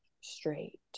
straight